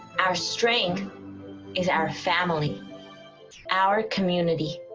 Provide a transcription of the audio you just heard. our strength is our family our community